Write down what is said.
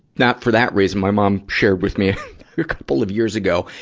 not for that reason my mom shared with me a couple of years ago,